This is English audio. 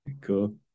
Cool